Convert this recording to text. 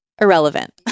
irrelevant